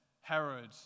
Herod